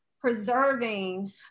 preserving